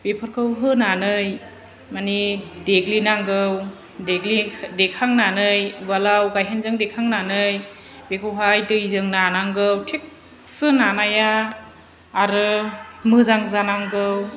बेफोरखौ होनानै मानि देग्लिनांगौ देखांनानै उवालाव गाइहेनजों देखांनानै बेखौहाय दैजों नानांगौ थिखसे नानाया आरो मोजां जानांगौ